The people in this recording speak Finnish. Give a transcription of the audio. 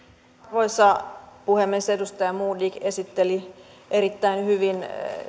arvoisa puhemies edustaja modig esitteli erittäin hyvin